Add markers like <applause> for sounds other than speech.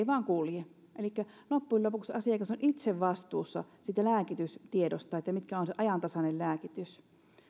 <unintelligible> vain kulje elikkä loppujen lopuksi asiakas on itse vastuussa siitä lääkitystiedosta että mikä on ajantasainen lääkitys